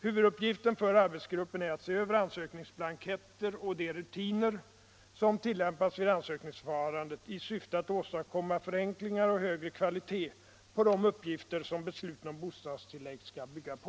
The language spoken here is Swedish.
Huvuduppgiften för arbetsgruppen är att se över ansökningsblanketter och de rutiner som tillämpas vid ansökningsförfarandet i syfte att åstadkomma förenklingar och högre kvalitet på de uppgifter som besluten om bostadstillägg skall bygga på.